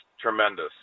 tremendous